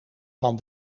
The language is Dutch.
van